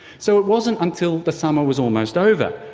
so it wasn't until the summer was almost over,